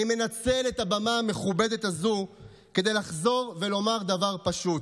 אני מנצל את הבמה המכובדת הזו כדי לחזור ולומר דבר פשוט: